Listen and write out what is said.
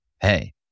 hey